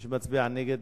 מי שנגד,